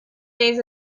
days